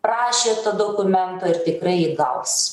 prašė to dokumento ir tikrai jį gaus